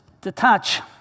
detach